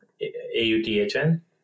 A-U-T-H-N